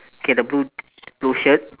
okay the blue j~ blue shirt